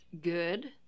good